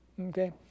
Okay